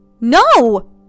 No